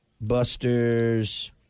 Buster's